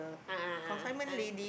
a'ah a'ah